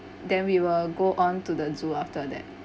then we will go on to the zoo after that